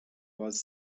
was